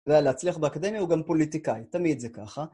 ולהצליח באקדמיה הוא גם פוליטיקאי, תמיד זה ככה.